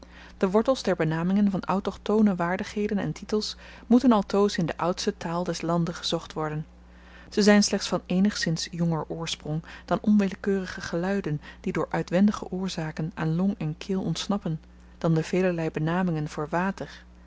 de wortels der benamingen van autochthoone waardigheden en titels moeten altoos in de oudste taal des lande gezocht worden ze zyn slechts van eenigszins jonger oorsprong dan onwillekeurige geluiden die door uitwendige oorzaken aan long en keel ontsnappen dan de velerlei benamingen voor water